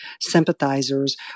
sympathizers